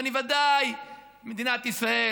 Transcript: מדינת ישראל,